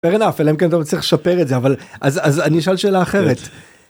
Fair enough אלא אם כן אתה מצליח לשפר את זה אבל אז, אז אני אשאל שאלה אחרת.